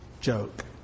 joke